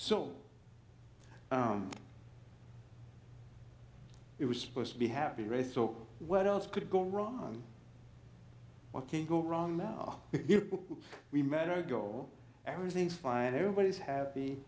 o it was supposed to be happy ray so what else could go wrong what can go wrong now we met our goal everything's fine everybody's happy